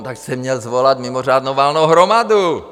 Tak jste měl svolat mimořádnou valnou hromadu!